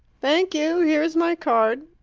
thank you here is my card.